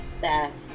best